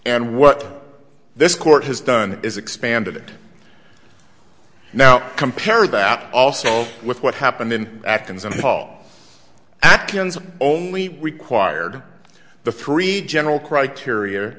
and what this court has done is expanded now compare that also with what happened in athens and paul only required the three general criteria